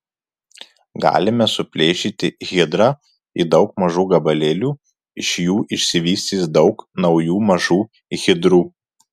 galime suplėšyti hidrą į daug mažų gabalėlių iš jų išsivystys daug naujų mažų hidrų